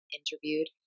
interviewed